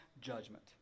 judgment